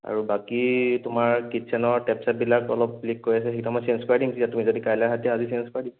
আৰু বাকী তোমাৰ কিটচেনৰ টেপ চেববিলাক অলপ লীকড্ হৈ আছে সেইটো মই চেঞ্জ কৰাই দিম তেতিয়া তুমি যদি কাইলৈ আহা তেতিয়া আজি চেঞ্জ কৰাই দিম